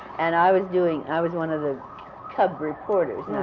and i was doing i was one of the cub reporters,